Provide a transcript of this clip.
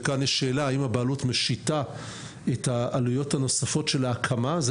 כאן יש שאלה האם הבעלות משיתה את העלויות הנוספות של ההקמה.